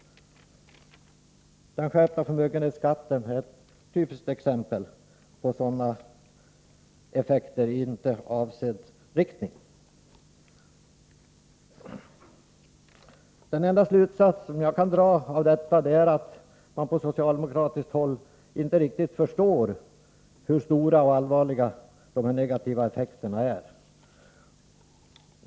Den skärpta förmögenhetsskatten är ett typiskt exempel på en åtgärd som får rakt motsatt effekt mot vad man tänkt sig. Den enda slutsats jag kan dra av detta är att man på socialdemokratiskt håll inte riktigt förstår hur stora och allvarliga dessa negativa effekter är.